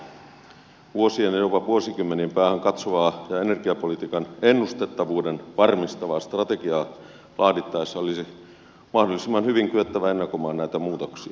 vuosien ja jopa vuosikymmenien päähän katsovaa ja energiapolitiikan ennustettavuuden varmistavaa strategiaa laadittaessa olisi mahdollisimman hyvin kyettävä ennakoimaan näitä muutoksia